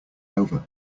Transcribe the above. over